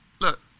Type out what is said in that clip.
Look